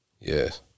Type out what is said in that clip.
Yes